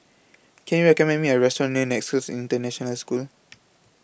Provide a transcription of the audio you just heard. Can YOU recommend Me A Restaurant near Nexus International School